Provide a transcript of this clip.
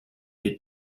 est